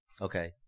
Okay